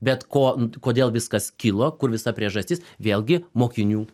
bet ko kodėl viskas kilo kur visa priežastis vėlgi mokinių